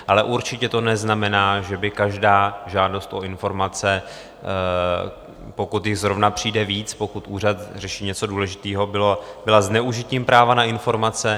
Ale určitě to neznamená, že by každá žádost o informace, pokud jich zrovna přijde víc, pokud úřad řeší něco důležitého, byla zneužitím práva na informace.